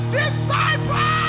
disciples